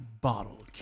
bottle